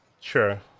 sure